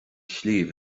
sliabh